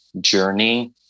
journey